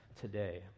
today